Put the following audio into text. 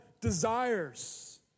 desires